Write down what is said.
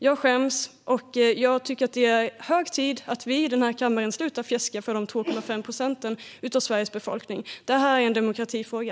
Jag skäms, och jag tycker att det är hög tid att vi i denna kammare slutar fjäska för dessa 2,5 procent av Sveriges befolkning. Detta är en demokratifråga.